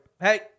hey